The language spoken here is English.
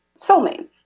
soulmates